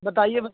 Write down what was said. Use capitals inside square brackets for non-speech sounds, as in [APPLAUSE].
बताइए [UNINTELLIGIBLE]